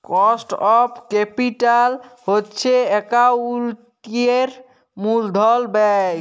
cost of capital হছে একাউল্টিংয়ের মূলধল ব্যায়